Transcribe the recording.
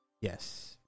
Yes